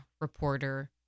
reporter